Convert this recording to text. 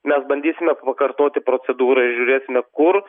mes bandysime pakartoti procedūrą ir žiūrėsime kur